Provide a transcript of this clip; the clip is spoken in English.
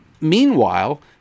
Meanwhile